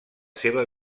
seva